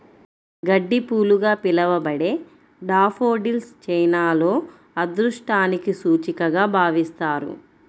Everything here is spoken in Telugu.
గడ్డిపూలుగా పిలవబడే డాఫోడిల్స్ చైనాలో అదృష్టానికి సూచికగా భావిస్తారు